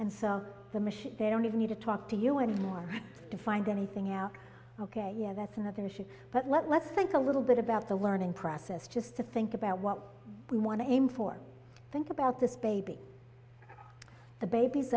machine they don't even need to talk to you anymore to find anything out ok yeah that's another issue but let's think a little bit about the learning process just to think about what we want to aim for think about this baby the baby's